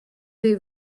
des